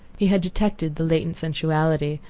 he had detected the latent sensuality,